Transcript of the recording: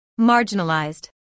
Marginalized